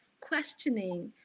questioning